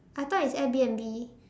I thought it's Air b_n_b